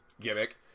gimmick